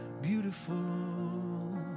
beautiful